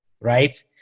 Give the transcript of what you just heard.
right